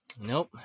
Nope